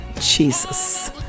Jesus